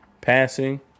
passing